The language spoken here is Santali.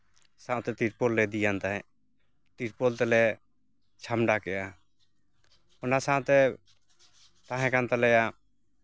ᱥᱟᱶᱛᱮ ᱛᱤᱨᱯᱚᱞ ᱞᱮ ᱤᱫᱤᱭᱟᱱ ᱛᱟᱦᱮᱸᱫ ᱛᱤᱨᱯᱚᱞ ᱛᱮᱞᱮ ᱪᱷᱟᱢᱰᱟ ᱠᱮᱫᱟ ᱚᱱᱟ ᱥᱟᱶᱛᱮ ᱛᱟᱦᱮᱸ ᱠᱟᱱ ᱛᱟᱞᱮᱭᱟ